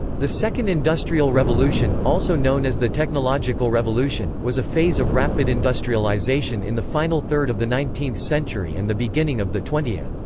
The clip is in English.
the second industrial revolution, also known as the technological revolution, was a phase of rapid industrialization industrialization in the final third of the nineteenth century and the beginning of the twentieth.